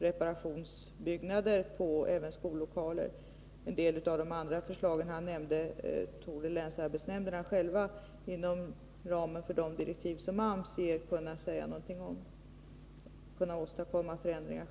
Vad gäller en del av de andra förslag som han förde fram torde länsarbetsnämnderna själva inom ramen för de direktiv som AMS ger kunna åstadkomma förändringar.